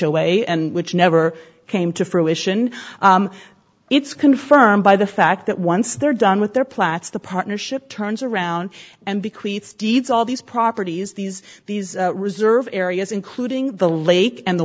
away and which never came to fruition it's confirmed by the fact that once they're done with their plats the partnership turns around and bequeath deeds all these properties these these reserve areas including the lake and the